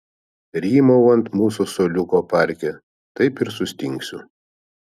rymau ant mūsų suoliuko parke taip ir sustingsiu